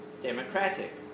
democratic